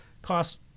cost